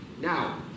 Now